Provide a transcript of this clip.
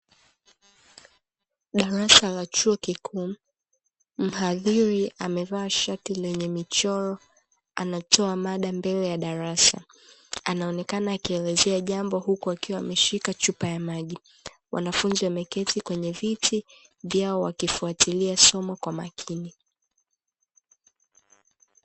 Darasa la chuo kikuu mhadhiri amevaa shati lenye michoro anatoa mada mbele ya darasa, anaonekana akielezea jambo huku akiwa ameshika chupa ya maji, wanafunzi wameketi kwenye viti vyao wakifatilia somo kwa umakini.